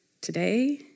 today